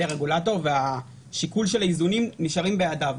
הרגולטור והשיקול של האיזונים נשארים בידיו.